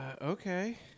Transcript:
Okay